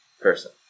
person